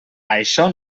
això